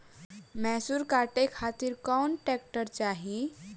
मैसूर काटे खातिर कौन ट्रैक्टर चाहीं?